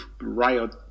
riot